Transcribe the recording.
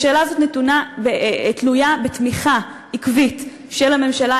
השאלה הזאת תלויה בתמיכה עקבית של הממשלה,